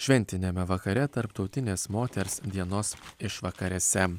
šventiniame vakare tarptautinės moters dienos išvakarėse